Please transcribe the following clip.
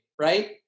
Right